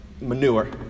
manure